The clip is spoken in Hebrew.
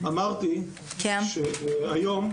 אמרתי שהיום,